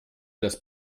das